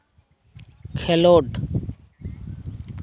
ᱠᱷᱮᱞᱳᱰ